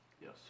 Yes